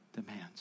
demands